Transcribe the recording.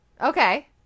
Okay